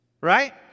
Right